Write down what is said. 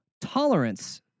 Tolerance